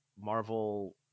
Marvel